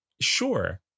Sure